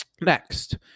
Next